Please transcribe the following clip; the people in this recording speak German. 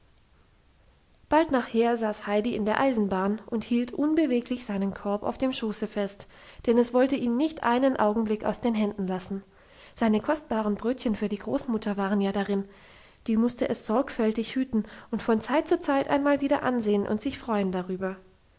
bald nachher saß heidi in der eisenbahn und hielt unbeweglich seinen korb auf dem schoße fest denn es wollte ihn nicht einen augenblick aus den händen lassen seine kostbaren brötchen für die großmutter waren ja darin die musste es sorgfältig hüten und von zeit zu zeit einmal wieder ansehen und sich freuen darüber